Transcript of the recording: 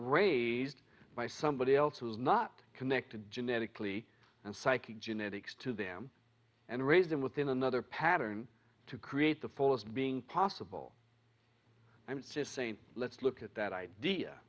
raised by somebody else who is not connected genetically and psychic genetics to them and raise them within another pattern to create the fullest being possible i'm just saying let's look at that idea